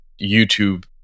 YouTube